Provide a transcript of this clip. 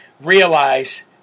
realize